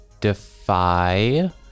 defy